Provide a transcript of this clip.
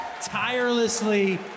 tirelessly